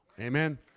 Amen